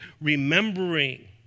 remembering